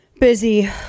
busy